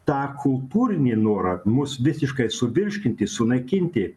tą kultūrinį norą mus visiškai suvirškinti sunaikinti